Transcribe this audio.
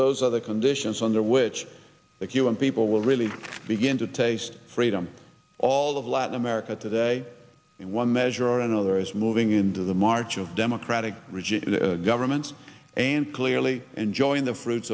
those other conditions under which the cuban people will really begin to taste freedom all of latin america today in one measure or another is moving into the march of democratic government and clearly enjoying the fruits